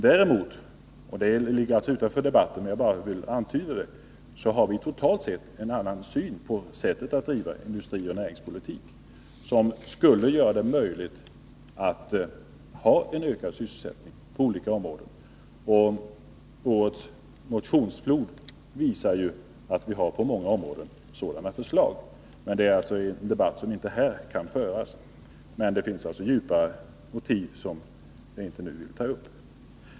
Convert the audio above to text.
Däremot -— detta ligger alltså utanför debatten, men jag vill nämna det — har vi totalt sett en annan syn när det gäller frågan om vilket sätt att driva industrioch näringspolitik som skulle göra det möjligt att ha en ökad sysselsättning på olika områden. Årets motionsflod visar ju att vi har sådana förslag på många områden, men den debatten kan inte föras här. Det finns djupa motiv, som jag inte vill ta upp nu.